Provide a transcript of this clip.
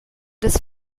des